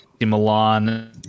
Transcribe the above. Milan